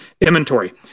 inventory